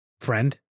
friend